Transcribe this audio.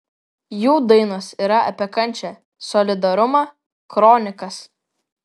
jų dainos yra apie kančią solidarumą kronikas